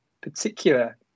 particular